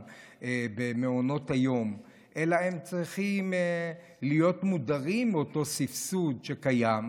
במעונות היום אלא הם צריכים להיות מודרים מאותו סבסוד שקיים,